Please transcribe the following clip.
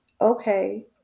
okay